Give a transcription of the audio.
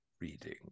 reading